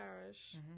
Parish